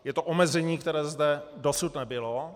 Je to omezení, které zde dosud nebylo.